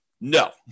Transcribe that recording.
No